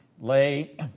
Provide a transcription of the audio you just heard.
lay